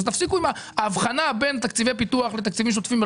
אז תפסיקו עם האבחנה המלאכותית בין תקציבי פיתוח לתקציבים שוטפים.